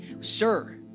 Sir